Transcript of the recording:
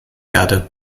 erde